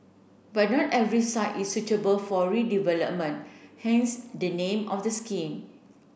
but not every site is suitable for redevelopment hence the name of the scheme